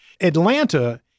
Atlanta